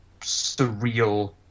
surreal